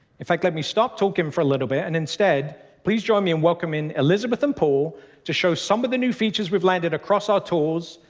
in fact, let me stop talking for a little bit, and instead please join me in welcoming elizabeth and paul to show some of the new features we've landed across our tools,